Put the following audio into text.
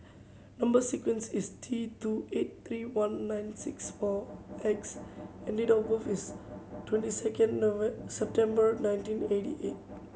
number sequence is T two eight three one nine six O X and date of birth is twenty second September nineteen eighty eight